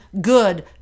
good